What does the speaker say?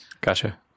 gotcha